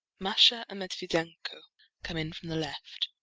masha and medviedenko come in from the left,